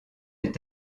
est